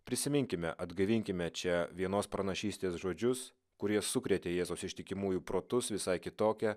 prisiminkime atgaivinkime čia vienos pranašystės žodžius kurie sukrėtė jėzus ištikimųjų protus visai kitokia